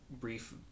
brief